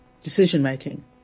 decision-making